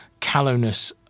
callowness